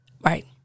right